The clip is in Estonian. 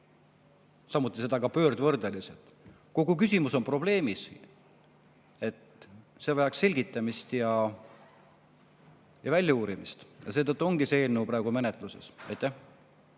Samuti seda ka pöördvõrdeliselt. Kogu küsimus on probleemis. See vajaks selgitamist ja uurimist ja seetõttu ongi see eelnõu praegu menetluses.